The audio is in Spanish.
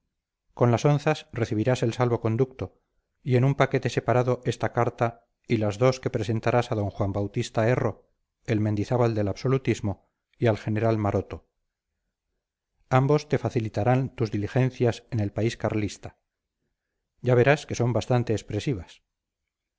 con las onzas recibirás el salvo conducto y en un paquete separado esta carta y las dos que presentarás a d juan bautista erro el mendizábal del absolutismo y al general maroto ambos te facilitarán tus diligencias en el país carlista ya verás que son bastante expresivas